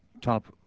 top